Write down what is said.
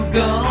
go